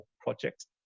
project